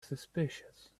suspicious